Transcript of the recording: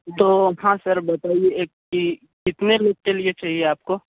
तो हाँ सर बताइए एक कि कितने लोग के लिए चाहिए आप को